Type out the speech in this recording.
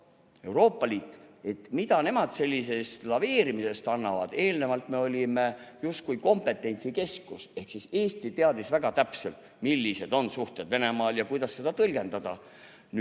Euroopa Liit sellisest laveerimisest annavad? Eelnevalt me olime justkui kompetentsikeskus ehk Eesti teadis väga täpselt, millised on suhted Venemaal ja kuidas neid tõlgendada.